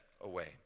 away